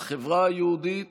בחברה היהודית